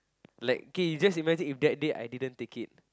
like K you just imagine that day If I didn't take it